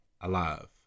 alive